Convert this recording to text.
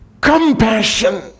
compassion